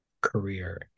career